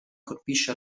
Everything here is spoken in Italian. colpisce